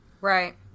Right